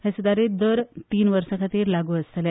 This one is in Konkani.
हे सुदारीत दर तीन वर्सां खातीर लागू आसतले